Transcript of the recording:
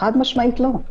חד-משמעית לא.